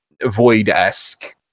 void-esque